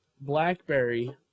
BlackBerry